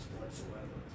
whatsoever